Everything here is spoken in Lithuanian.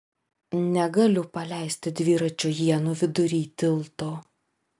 negaliu paleisti dviračio ienų vidury tilto